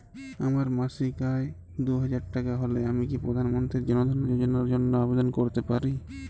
আমার মাসিক আয় দুহাজার টাকা হলে আমি কি প্রধান মন্ত্রী জন ধন যোজনার জন্য আবেদন করতে পারি?